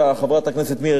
חברת הכנסת מירי רגב,